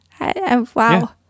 Wow